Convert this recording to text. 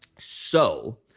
so,